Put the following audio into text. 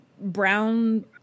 brown